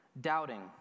doubting